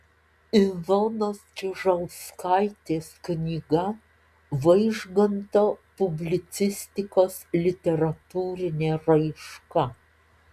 ilonos čiužauskaitės knyga vaižganto publicistikos literatūrinė raiška